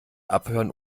abhören